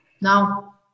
Now